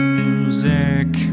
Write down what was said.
music